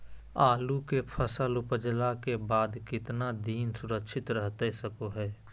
आलू के फसल उपजला के बाद कितना दिन सुरक्षित रहतई सको हय?